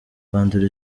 kwandura